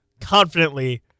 confidently